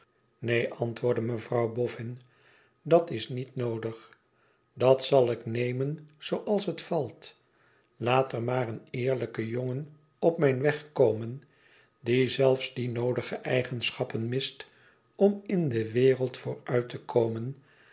neen antwoordde mevrouw boffin dat is niet noodig dat zal ik nemen zooals het valt laat er maar een eerlijke jongen op mijn weg komen die zelfs die noodige eigenschappen mist om in de wereld vooruit te komen